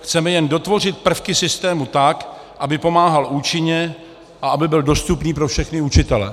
Chceme jen dotvořit prvky systému tak, aby pomáhal účinně a aby byl dostupný pro všechny učitele.